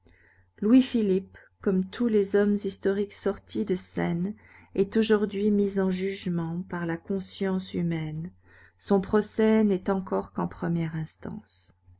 louis-philippe comme tous les hommes historiques sortis de scène est aujourd'hui mis en jugement par la conscience humaine son procès n'est encore qu'en première instance